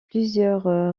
plusieurs